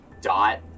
dot